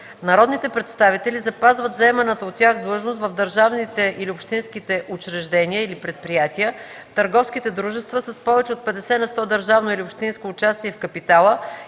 Народните представители запазват заеманата от тях длъжност в държавните или общинските учреждения или предприятия, търговските дружества с повече от 50 на сто държавно или общинско участие в капитала